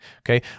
Okay